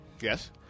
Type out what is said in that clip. Yes